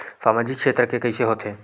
सामजिक क्षेत्र के कइसे होथे?